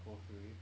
hopefully